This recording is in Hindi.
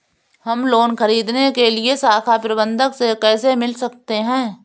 हम लोन ख़रीदने के लिए शाखा प्रबंधक से कैसे मिल सकते हैं?